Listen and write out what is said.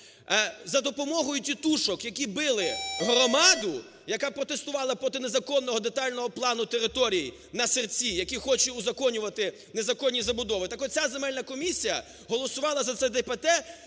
за допомогою тітушок, які били громаду, яка протестувала проти незаконного детального плану територій на Сирці, які хоче узаконювати незаконні забудови. Так от ця земельна комісія голосувала за це ДПТ